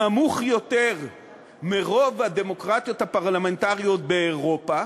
נמוך יותר מאשר ברוב הדמוקרטיות הפרלמנטריות באירופה,